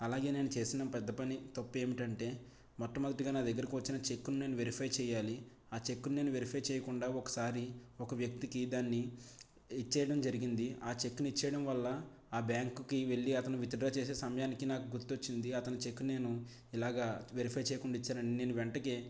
అలాగే నేను చేసిన పెద్ద పని తప్పు ఏమిటంటే మొట్టమొదటిగా నా దగ్గరకు వచ్చిన చెక్కులు నేను వెరిఫై చేయాలి ఆ చెక్కు ని నేను వెరిఫై చేయకుండా ఒకసారి ఒక వ్యక్తికి దాన్ని ఇచ్చేయడం జరిగింది ఆ చెక్ ని ఇచ్చేయడం వల్ల ఆ బ్యాంకు కి వెళ్లి అతను విత్ డ్రా చేసే సమయానికి నాకు గుర్తొచ్చింది అతని చెక్ నేను ఇలాగా వెరిఫై చేయకుండా ఇచ్చాను అని నేను వెంటకి